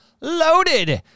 loaded